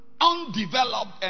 undeveloped